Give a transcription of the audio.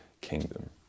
kingdom